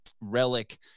relic